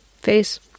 face